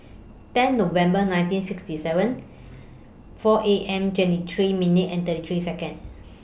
ten November nineteen sixty seven four A M twenty three minutes and thirty three Seconds